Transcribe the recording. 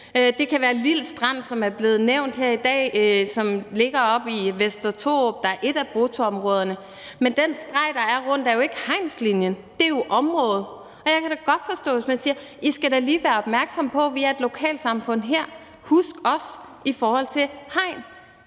Det kan være Lild Strand, som er blevet nævnt her i dag, og som ligger oppe ved Vester Thorup, der er et af bruttoområderne. Men den streg, der er rundt om det, er jo ikke hegnslinjen, det er området. Og jeg kan da godt forstå det, hvis man siger: I skal lige være opmærksomme på, at vi er et lokalsamfund her; husk os i forhold til det